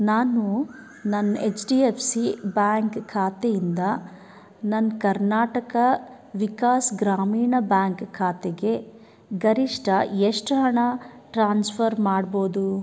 ನಾನು ನನ್ನ H D F C bank ಖಾತೆಯಿಂದ ನನ್ನ ಕರ್ನಾಟಕ ವಿಕಾಸ್ ಗ್ರಾಮೀಣ ಬ್ಯಾಂಕ್ ಖಾತೆಗೆ ಗರಿಷ್ಠ ಎಷ್ಟು ಹಣ ಟ್ರಾನ್ಸ್ಫರ್ ಮಾಡ್ಬೋದು